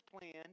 plan